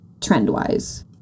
trend-wise